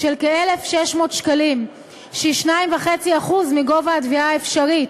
של כ-1,600 שקלים שהם 2.5% מגובה התביעה האפשרית.